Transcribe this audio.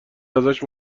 ازش